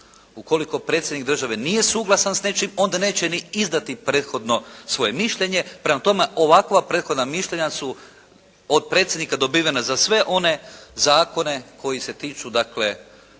Ukoliko Predsjednik države nije suglasan s nečim, onda neće izdati prethodno svoje mišljenje. Prema tome, ovakva prethodna mišljenja su od predsjednika dobivena za sve one zakone koji se tiču dakle